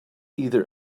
either